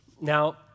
Now